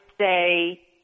say